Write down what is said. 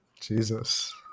Jesus